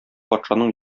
патшаның